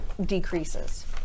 decreases